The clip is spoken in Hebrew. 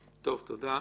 תודה.